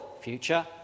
future